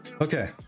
okay